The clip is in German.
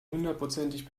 hundertprozentig